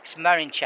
Marinchak